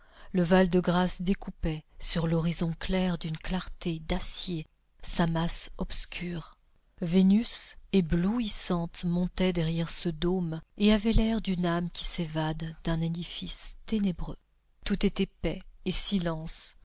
le val-de-grâce découpait sur l'horizon clair d'une clarté d'acier sa masse obscure vénus éblouissante montait derrière ce dôme et avait l'air d'une âme qui s'évade d'un édifice ténébreux tout était paix et silence